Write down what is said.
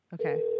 Okay